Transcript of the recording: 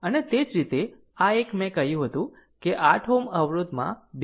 અને તે જ રીતે આ એક મેં કહ્યું હતું કે 8 Ω અવરોધમાં 2